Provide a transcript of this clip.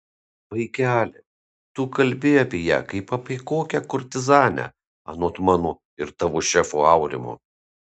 vaikeli tu kalbi apie ją kaip apie kokią kurtizanę anot mano ir tavo šefo aurimo